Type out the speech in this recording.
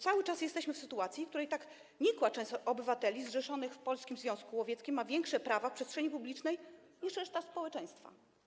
Cały czas jesteśmy w sytuacji, w której nikła część obywateli zrzeszonych w Polskim Związku Łowieckim ma większe prawa w przestrzeni publicznej niż reszta społeczeństwa.